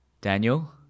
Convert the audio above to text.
Daniel